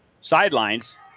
sidelines